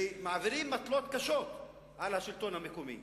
ומעבירים מטלות קשות על השלטון המקומי.